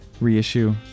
reissue